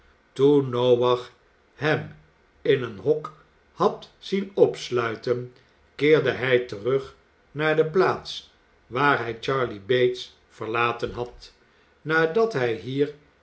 toen noach hem in een hok had zien opsluiten keerde hij terug naar de plaats waar hij charley bates verlaten had nadat hij hier